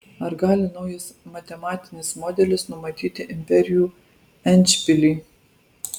ar gali naujas matematinis modelis numatyti imperijų endšpilį